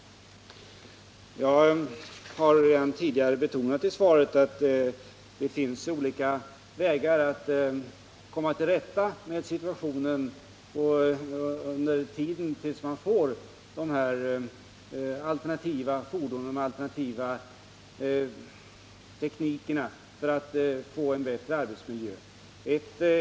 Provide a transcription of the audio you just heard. Jag har redan tidigare i mitt svar betonat att det finns olika vägar att komma till rätta med situationen tills vi får alternativa tekniker för en bättre arbetsmiljö.